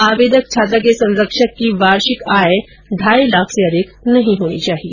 आवेदक छात्रा के संरक्षक की वार्षिक आय ढाई लाख से अधिक नहीं होनी चाहिए